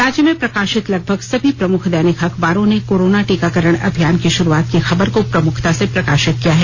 राज्य में प्रकाशित लगभग सभी प्रमुख दैनिक अखबारों ने कोरोना टीकाकरण अभियान की भारुआत की खबर को प्रमुखता से प्रकाशित किया है